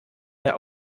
mehr